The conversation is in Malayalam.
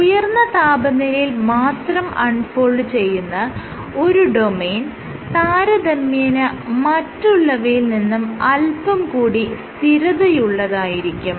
ഉയർന്ന താപനിലയിൽ മാത്രം അൺ ഫോൾഡ് ചെയ്യുന്ന ഒരു ഡൊമെയ്ൻ താരതമ്യേന മറ്റുള്ളവയിൽ നിന്നും അല്പം കൂടി സ്ഥിരതയുള്ളതായിരിക്കും